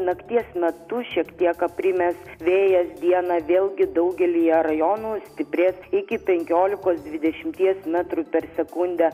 nakties metu šiek tiek aprimęs vėjas dieną vėlgi daugelyje rajonų stiprės iki penkiolikos dvidešimties metrų per sekundę